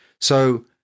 So-